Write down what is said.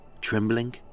trembling